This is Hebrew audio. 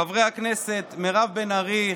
חברת הכנסת מירב בן ארי,